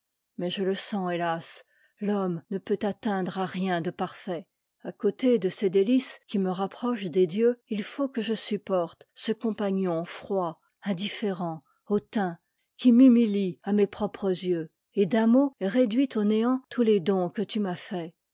mais je le sens hétas l'homme ne peut atteindre à rien de parfait à côté de ces délices qui me rapprochent des dieux il faut que je supporte ce compagnon froid indifférent hautain qui m'humilie à mes propres yeux et d'un mot réduit au néant tous les dons que tu m'as faits